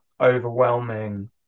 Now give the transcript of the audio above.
overwhelming